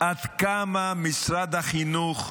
עד כמה משרד החינוך,